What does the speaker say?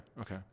Okay